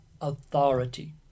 authority